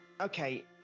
Okay